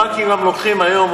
הבנקים גם לוקחים היום,